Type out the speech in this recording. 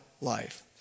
life